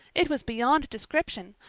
it was beyond description.